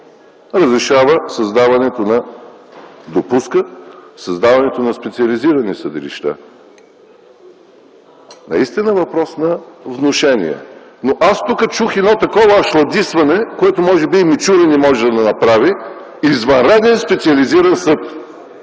извънредни съдилища, допуска създаването на специализирани съдилища – наистина въпрос на внушение. Но аз тук чух едно такова ашладисване, което може би и Мичурин не може да направи: извънреден специализиран съд.